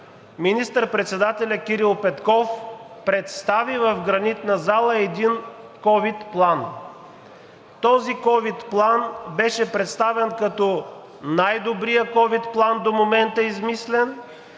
министър-председателят Кирил Петков представи в Гранитната зала един ковид план. Този ковид план беше представен като най-добрия ковид план до момента измислен.